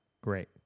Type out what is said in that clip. great